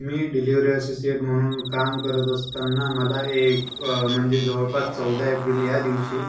मी एक delivery associate म्हणून काम करत असताना मला एक म्हणजे जवळपास चौदा एप्रिल या दिवशी